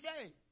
say